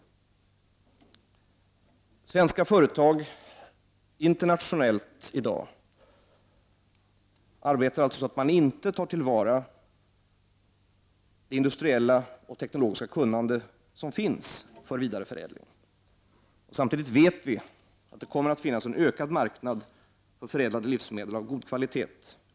Svenska företag arbetar i dag, internationellt sett, inte så att man tar till vara det industriella och tekniska kunnande som finns för vidareförädling. Samtidigt vet vi att det kommer att finnas en utökad marknad för förädlade livsmedel av god kvalitet.